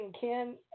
Ken